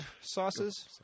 sauces